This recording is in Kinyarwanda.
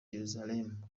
jerusalem